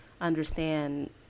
understand